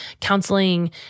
counseling